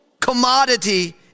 commodity